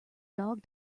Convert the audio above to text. dog